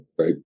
Right